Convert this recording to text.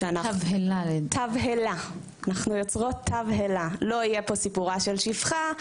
לא יהיה פה סיפורה של שפחה,